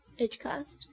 Edgecast